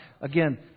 Again